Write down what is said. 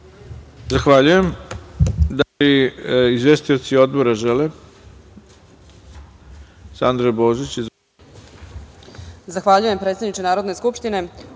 Zahvaljujem. Da li izvestioci odbora žele